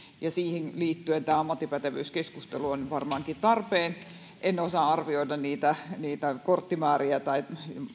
ja siihen liittyen tämä ammattipätevyyskeskustelu on varmaankin tarpeen en osaa arvioida niitä niitä korttimääriä tai